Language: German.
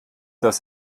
dass